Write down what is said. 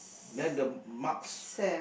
then the marks